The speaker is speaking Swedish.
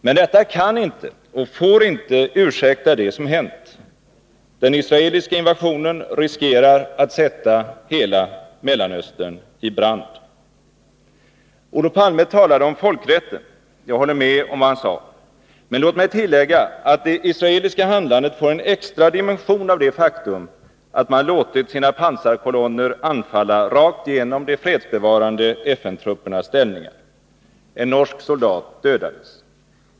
Men detta kan inte och får inte ursäkta det som hänt. Den israeliska invasionen riskerar att sätta hela Mellanöstern i brand. Olof Palme talade om folkrätten. Jag håller med om vad han sade. Men låt mig tillägga att det israeliska handlandet får en extra dimension genom det faktum att man lät sina pansarkolonner anfalla rakt genom de fredsbevarande FN-truppernas ställningar. En norsk soldat dödades.